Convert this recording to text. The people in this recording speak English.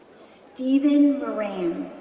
steven moran,